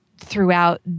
throughout